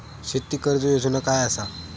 शेती कर्ज योजना काय असा?